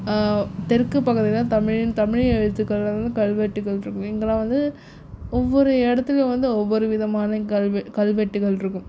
தெற்கு பகுதி தான் தமிழ் தமிழ் எழுத்துக்களில் வந்து கல்வெட்டுகள் இருக்குது இங்கேலாம் வந்து ஒவ்வொரு இடத்துக்கும் வந்து ஒவ்வொரு விதமான கல்வெ கல்வெட்டுகள் இருக்கும்